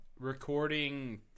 Recording